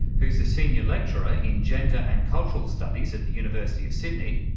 who's a senior lecturer in gender and cultural studies at the university of sydney,